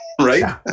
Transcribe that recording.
right